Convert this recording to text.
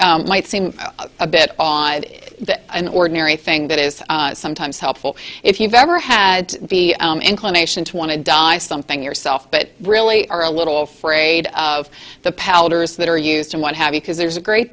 might seem a bit on an ordinary thing that is sometimes helpful if you've ever had the inclination to want to dye something yourself but really are a little afraid of the powders that are used and what have you because there's a great